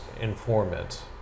informant